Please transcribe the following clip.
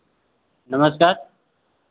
नमस्कार